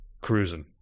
Cruising